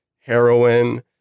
heroin